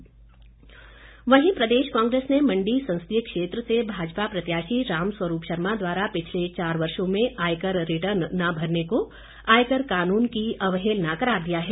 प्रतिक्रिया वहीं प्रदेश कांग्रेस ने मण्डी संसदीय क्षेत्र से भाजपा प्रत्याशी रामस्वरूप शर्मा द्वारा पिछले चार वर्षो में आयकर रिटर्न न भरने को आयकर कानून की अवहेलना करार दिया है